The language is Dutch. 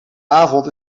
avond